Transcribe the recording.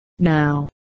Now